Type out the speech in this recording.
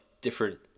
different